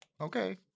Okay